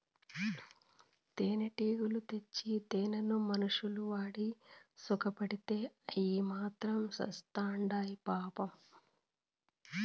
తేనెటీగలు తెచ్చిన తేనెను మనుషులు వాడి సుకపడితే అయ్యి మాత్రం సత్చాండాయి పాపం